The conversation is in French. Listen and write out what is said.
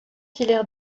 hilaire